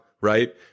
right